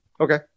okay